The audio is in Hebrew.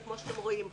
וכמו שאתם רואים,